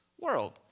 world